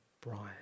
Brian